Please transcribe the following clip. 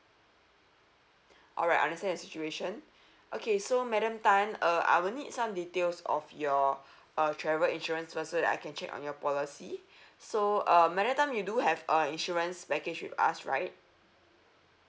alright understand your situation okay so madam tan uh I will need some details of your uh travel insurance first so that I can check on your policy so uh madam tan you do have a insurance package with us right